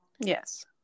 yes